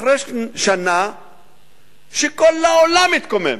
אחרי שנה שכל העולם התקומם,